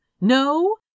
no